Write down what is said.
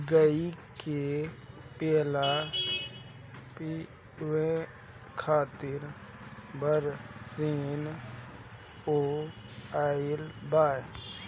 गाई के खियावे खातिर बरसिंग बोआइल बा